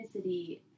ethnicity